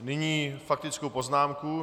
Nyní faktickou poznámku.